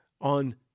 on